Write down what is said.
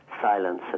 silence